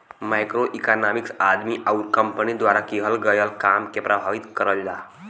macroeconomics आदमी आउर company द्वारा किहल गयल काम के प्रभावित करला